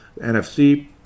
NFC